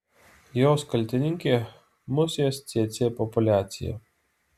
jos kaltininkė musės cėcė populiacija